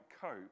cope